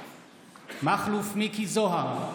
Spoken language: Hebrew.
מתחייב אני מכלוף מיקי זוהר,